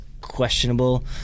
questionable